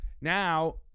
Now